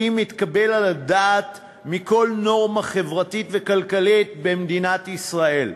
מתקבל על הדעת מכל נורמה חברתית וכלכלית במדינת ישראל.